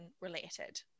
related